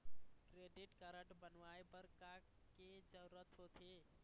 Credit card बनवाए बर का के जरूरत होते?